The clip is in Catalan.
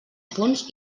punts